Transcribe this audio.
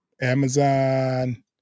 Amazon